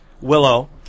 Willow